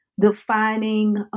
Defining